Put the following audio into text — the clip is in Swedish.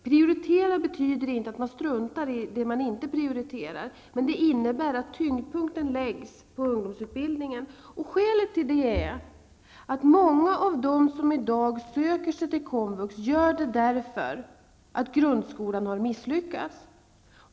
Prioritering innebär inte att man struntar i det som man inte prioriterar, men det innebär i detta fall att tyngdpunkten läggs på ungdomsutbildningen. Skälet till det är att många av dem som i dag söker sig till Komvux gör det på grund av att grundskolan har misslyckats.